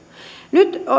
nyt